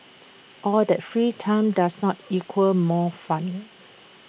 all that free time does not equal more fun